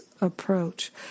approach